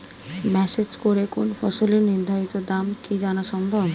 Message করে কোন ফসলের নির্ধারিত দাম কি জানা সম্ভব?